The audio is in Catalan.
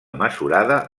mesurada